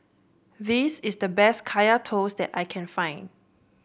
this is the best Kaya Toast that I can find